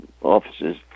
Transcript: offices